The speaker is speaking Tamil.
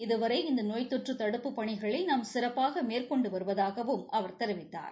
இதுவரை இந்த நோய் தொற்று தடுப்புப்பணிகளை நாம் சிறப்பாக மேற்கொண்டு வருவதாகவும் அவர் தெரிவித்தார்